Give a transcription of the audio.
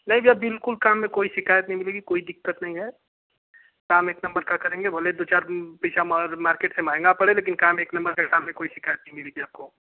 नहीं भिया बिल्कुल काम में कोई शिकायत नहीं मिलेगी कोई दिक्कत नहीं हे काम एक नम्बर का करेंगे भले ही दो चार पैसा महग मार्केट से महंगा पड़े लेकिन काम एक नम्बर का काम में कोई शिकायत नहीं मिलेगी आपको